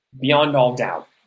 beyond-all-doubt